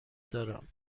دارم